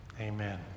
Amen